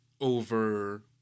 over